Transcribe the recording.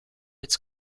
its